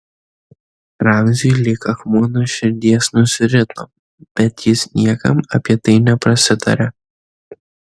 ramziui lyg akmuo nuo širdies nusirito bet jis niekam apie tai neprasitarė